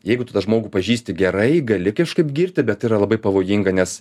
jeigu tu tą žmogų pažįsti gerai gali kažkaip girti bet yra labai pavojinga nes